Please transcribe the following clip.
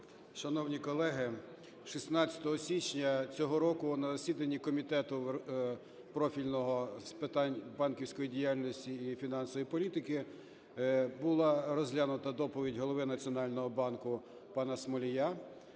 Шановні колеги, 16 січня цього року на засіданні Комітету профільного з питань банківської діяльності і фінансової політики була розглянута доповідь Голови Національного банку пана Смолія.